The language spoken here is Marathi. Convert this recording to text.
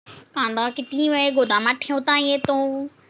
कांदा किती वेळ गोदामात ठेवता येतो?